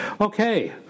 Okay